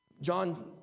John